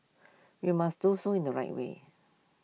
we must do so in the right way